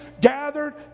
gathered